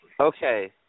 Okay